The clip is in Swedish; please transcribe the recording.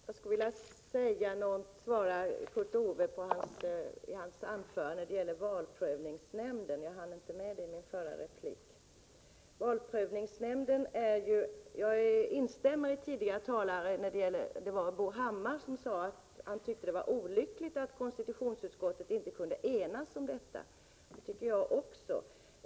Herr talman! Jag skulle vilja svara på vad Kurt Ove Johansson sade i sitt anförande om valprövningsnämnden — jag hann inte med det i min förra replik. Jag instämmer med Bo Hammar, som sade att han tyckte att det var olyckligt att konstitutionsutskottet inte kunde enas om detta. Det tycker jag också.